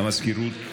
המזכירות.